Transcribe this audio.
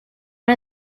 one